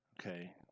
Okay